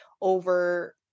over